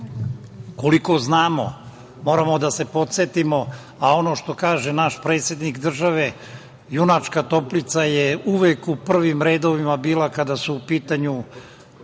koliko znamo moramo da se podsetimo, a ono što kaže naš predsednik države, junačka Toplica je uvek u prvim redovima bila kada su u pitanju